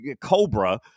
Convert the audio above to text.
cobra